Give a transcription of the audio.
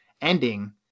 ending